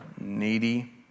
needy